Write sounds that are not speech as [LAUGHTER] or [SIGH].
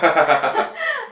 [LAUGHS]